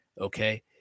okay